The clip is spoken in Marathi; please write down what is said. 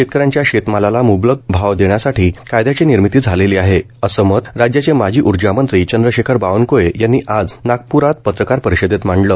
शेतकऱ्यांच्या शेतमालाला मुंबलक भाव देण्यासाठी कायद्याची निर्मिती झालेली आहे असं मत राज्याचे माजी उर्जामंत्री चंद्रशेखर बावनक्ळे यांनी आज नागप्रात पत्रकार परिषदेत मांडलं